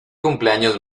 cumpleaños